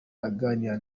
aganira